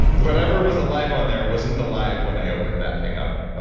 whatever was alive on there wasn't alive when i opened that thing up,